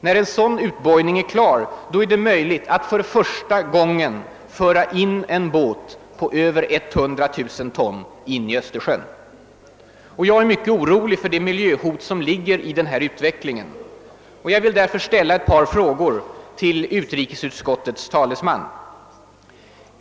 När en sådan utbojning är klar är det möjligt att för första gången föra en båt på över 100 000 ton in i Östersjön. Jag är mycket orolig för det miljöhot som ligger i den här utvecklingen. Jag vill därför ställa ett par frågor till utrikesutskottets talesman.